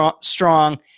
strong